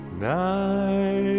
night